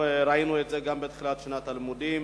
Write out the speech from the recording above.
ראינו את זה גם בתחילת שנת הלימודים